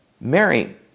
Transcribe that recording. Mary